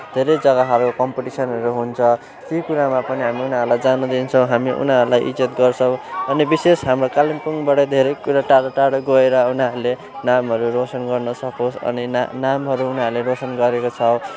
धेरै जग्गाहरू कम्पिटिसनहरू हुन्छ त्यही कुरामा पनि हामी उनीहरूलाई जान दिन्छौँ हामी उनीहरूलाई इज्जत गर्छौँ अनि विशेष हामी कालिम्पोङबाट धेरै कुरो टाढो टाढो गएर उनीहरूले नामहरू रोसन गर्न सकोस् अनि ना नामहरू उनीहरूले रोसन गरेको छ